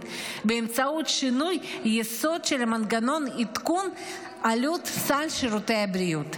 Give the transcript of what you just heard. באמצעות שינוי יסודי של מנגנון עדכון עלות סל שירותי הבריאות.